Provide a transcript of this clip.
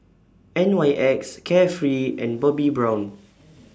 N Y X Carefree and Bobbi Brown